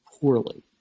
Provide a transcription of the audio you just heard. poorly